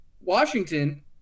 Washington